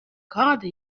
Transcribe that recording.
kāda